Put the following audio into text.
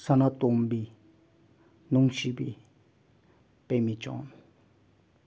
ꯁꯅꯥꯇꯣꯝꯕꯤ ꯅꯨꯡꯁꯤꯕꯤ ꯄꯦꯃꯤꯆꯣꯟ